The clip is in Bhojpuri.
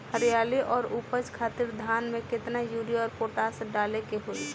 हरियाली और उपज खातिर धान में केतना यूरिया और पोटाश डाले के होई?